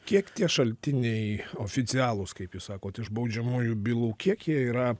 kiek tie šaltiniai oficialūs kaip jūs sakot iš baudžiamųjų bylų kiek jie yra